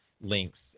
links